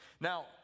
Now